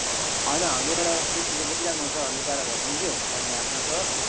होइन हामीले एउटा सेफ्टी त बोकिराख्नुपर्छ हौ लुकाएर भए पनि कि गाडीमा हाल्नुपर्छ हौ